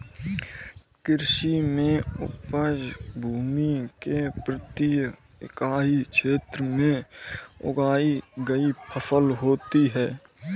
कृषि में उपज भूमि के प्रति इकाई क्षेत्र में उगाई गई फसल होती है